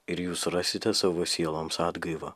ir jūs rasite savo sieloms atgaivą